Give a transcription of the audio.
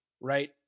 right